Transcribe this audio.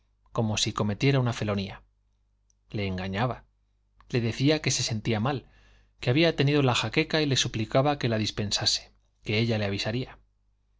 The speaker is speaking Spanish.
como si cometiera una felonía le engañaba le decía que se sentía mal que había tenido la jaqueca y le suplicaba que la dispensase que ella le avisaría